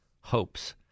hopes